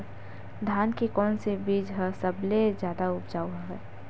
धान के कोन से बीज ह सबले जादा ऊपजाऊ हवय?